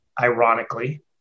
ironically